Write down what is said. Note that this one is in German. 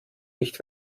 nicht